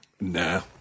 Nah